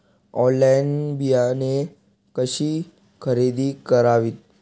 Online बियाणे कशी खरेदी करावीत?